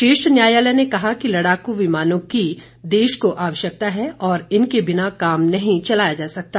शीर्ष न्यायालय ने कहा कि लड़ाकू विमानों की देश को आवश्यकता है और इनके बिना काम नहीं चलाया जा सकता